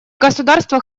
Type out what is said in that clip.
государства